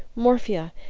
morphia,